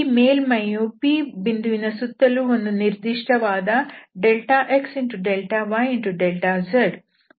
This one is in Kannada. ಈ ಮೇಲ್ಮೈಯು P ಬಿಂದುವಿನ ಸುತ್ತಲೂ ಒಂದು ನಿರ್ದಿಷ್ಟವಾದ xδyz ಘನಫಲ ವನ್ನು ವ್ಯಾಪಿಸುತ್ತದೆ